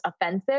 offensive